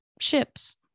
ships